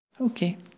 Okay